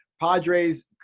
Padres